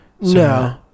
no